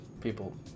people